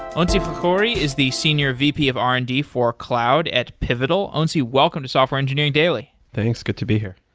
onsi fakhouri is the senior vp of r and d for cloud at pivotal. onsi, welcome to software engineering daily. thanks. good to be here.